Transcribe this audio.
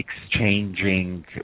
exchanging